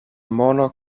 mono